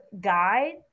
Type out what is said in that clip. guide